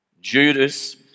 Judas